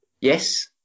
Yes